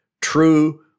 True